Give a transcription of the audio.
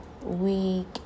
week